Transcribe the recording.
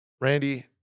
Randy